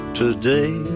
today